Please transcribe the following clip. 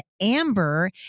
Amber